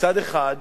מצד אחד,